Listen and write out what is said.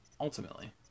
ultimately